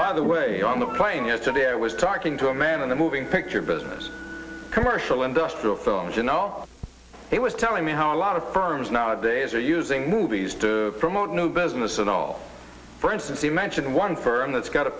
by the way on the plane yesterday i was talking to a man in the moving picture business commercial industrial phones you know he was telling me how a lot of firms nowadays are using movies to promote new business and all for instance he mentioned one firm that's got a